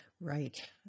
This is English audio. Right